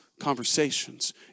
conversations